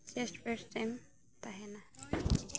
ᱟᱨ ᱪᱮᱥᱴ ᱯᱮᱥᱴ ᱮᱢ ᱛᱟᱦᱮᱱᱟ